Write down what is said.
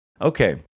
okay